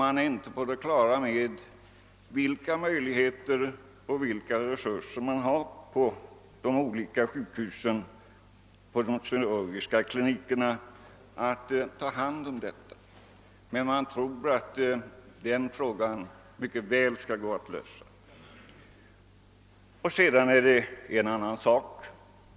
Man är i dag inte på det klara med vilka möjligheter och resurser de kirurgiska klinikerna har att ta hand om det avfallet. Den frågan tror jag dock kan lösas utan alltför stora svårigheter.